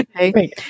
Okay